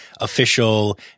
official